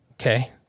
Okay